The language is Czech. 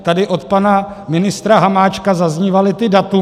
Tady od pana ministra Hamáčka zaznívala ta data.